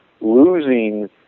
losing